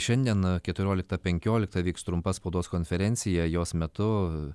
šiandien keturioliktą penkioliktą vyks trumpa spaudos konferencija jos metu